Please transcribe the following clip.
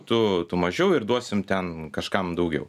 tu tu mažiau ir duosim ten kažkam daugiau